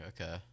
okay